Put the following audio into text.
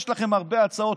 יש להם הרבה הצעות,